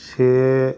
से